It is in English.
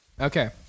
Okay